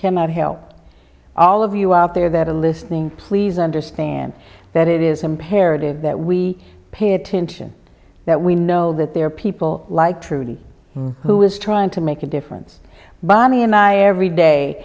cannot help all of you out there that are listening please understand that it is imperative that we pay attention that we know that there are people like truly who is trying to make a difference by me and i every day